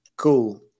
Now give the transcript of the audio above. Cool